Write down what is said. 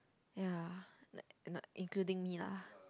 ya like including me lah